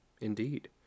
Indeed